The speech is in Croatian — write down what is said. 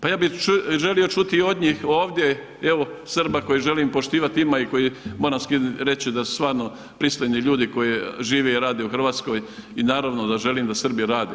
Pa ja bih želio čuti od njih ovdje, evo, Srba koje želim poštivati, ima ih koji moram reći da stvarno, pristojni ljudi koji žive i rade u Hrvatskoj i naravno da želim da Srbi rade.